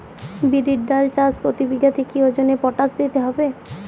বিরির ডাল চাষ প্রতি বিঘাতে কি ওজনে পটাশ দিতে হবে?